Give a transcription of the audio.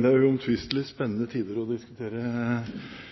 vel uomtvistelig spennende tider å diskutere